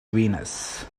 venus